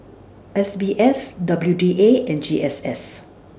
S B S W D A and G S S